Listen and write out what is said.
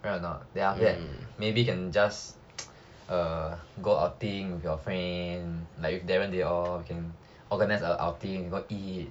right or not then maybe can just err go outing with your friend like with darren they all we can organize a outing then go eat